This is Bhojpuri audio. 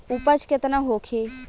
उपज केतना होखे?